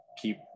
keep